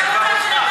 זה כבר הוכח.